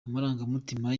amarangamutima